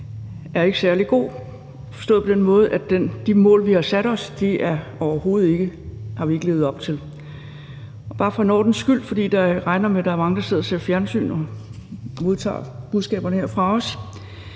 – ikke særlig god, forstået på den måde, at de mål, vi har sat os, har vi overhovedet ikke levet op til, og bare for en ordens skyld, fordi jeg regner med, at der er mange, der sidder og ser fjernsyn og modtager budskaberne her fra os,